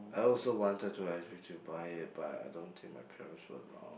I also wanted to actually to buy it but I don't think my parents will allow